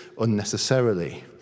unnecessarily